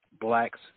blacks